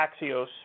Axios